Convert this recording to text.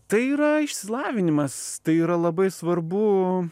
tai yra išsilavinimas tai yra labai svarbu